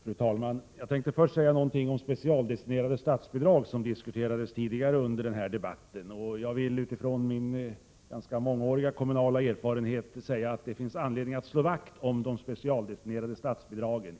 Fru talman! Jag tänkte först säga några ord om specialdestinerade statsbidrag, som diskuterades tidigare under debatten. Jag vill på grundval av min ganska mångåriga kommunala erfarenhet säga att det finns anledning att slå vakt om de specialdestinerade statsbidragen.